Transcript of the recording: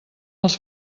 els